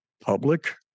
public